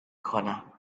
corner